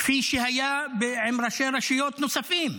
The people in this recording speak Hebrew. כפי שהיה עם ראשי רשויות נוספים,